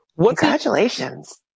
Congratulations